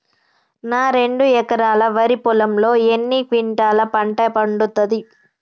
నా రెండు ఎకరాల వరి పొలంలో ఎన్ని క్వింటాలా పంట పండుతది?